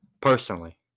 personally